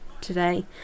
today